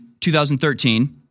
2013